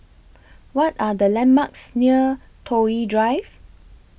What Are The landmarks near Toh Yi Drive